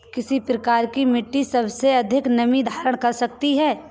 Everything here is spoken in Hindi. किस प्रकार की मिट्टी सबसे अधिक नमी धारण कर सकती है?